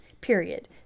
period